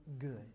good